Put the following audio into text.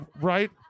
right